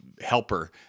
helper